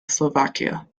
slovakia